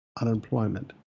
unemployment